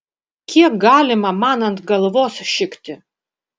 kiek galima man ant galvos šikti